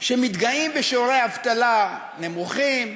שמתגאים בשיעורי אבטלה נמוכים,